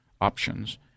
options